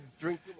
drink